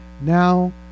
now